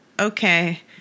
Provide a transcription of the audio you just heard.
Okay